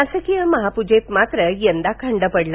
शासकीय महापुजेत मात्र यंदा खंड पडला